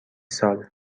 سال